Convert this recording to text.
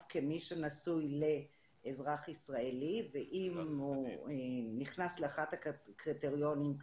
כמי שנשוי לאזרח ישראלי ואם הוא נכנס לאחד הקריטריונים,